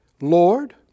Lord